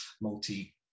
multi